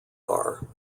are